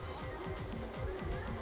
গরিব লকদের জনহে রজগারের ব্যবস্থা ক্যরে